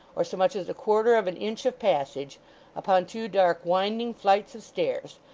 or so much as a quarter of an inch of passage upon two dark winding flights of stairs,